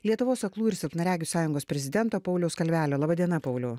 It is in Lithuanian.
lietuvos aklųjų ir silpnaregių sąjungos prezidento pauliaus kalvelio laba diena pauliau